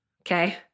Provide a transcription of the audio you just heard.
Okay